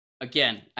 Again